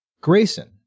Grayson